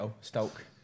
Stoke